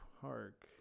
park